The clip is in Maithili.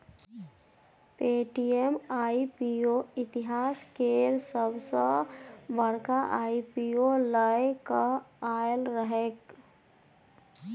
पे.टी.एम आई.पी.ओ इतिहास केर सबसॅ बड़का आई.पी.ओ लए केँ आएल रहैक